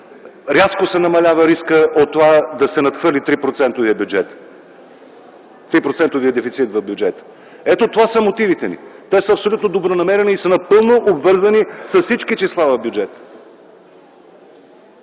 рязко се намалява рискът от това да се надхвърли 3-процентовия дефицит в бюджета. Ето това са мотивите ми. Те са абсолютно добронамерени и са напълно обвързани с всички числа по бюджета.